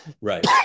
Right